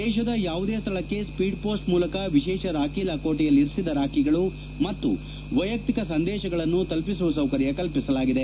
ದೇಶದ ಯಾವುದೇ ಸ್ಥಳಕ್ಕೆ ಸ್ವೀಡ್ಹೋಸ್ಟ್ ಮೂಲಕ ವಿಶೇಷ ರಾಖಿ ಲಕೋಟೆಯಲ್ಲಿರಿಸಿದ ರಾಖಿಗಳು ಮತ್ತು ವಯಕ್ತಿಕ ಸಂದೇಶಗಳನ್ನು ತಲುಪಿಸುವ ಸೌಕರ್ಯ ಕಲ್ಪಿಸಲಾಗಿದೆ